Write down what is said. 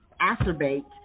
acerbate